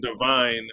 divine